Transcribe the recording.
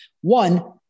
one